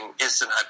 instant